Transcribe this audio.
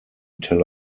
tel